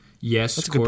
Yes